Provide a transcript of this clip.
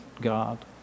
God